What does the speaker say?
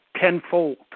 tenfold